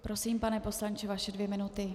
Prosím, pane poslanče, vaše dvě minuty.